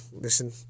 listen